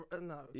no